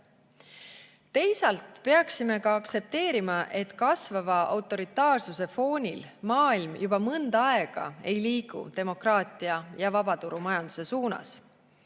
peaksime ka aktsepteerima, et kasvava autoritaarsuse foonil maailm juba mõnda aega ei liigu demokraatia ja vabaturumajanduse suunas.